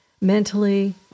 mentally